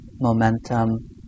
momentum